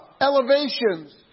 elevations